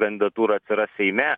kandidatūra atsiras seime